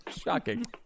Shocking